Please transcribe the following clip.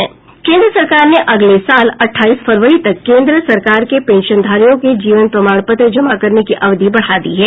केन्द्र सरकार ने अगले साल अट्ठाईस फरवरी तक केंद्र सरकार के पेंशनधारियों के जीवन प्रमाणपत्र जमा करने की अवधि बढ़ा दी है